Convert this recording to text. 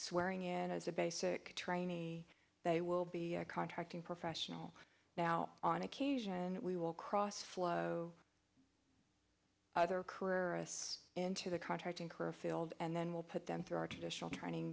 swearing in as a basic training they will be contacting professional now on occasion we will cross flow other career into the contracting career field and then we'll put them through our traditional training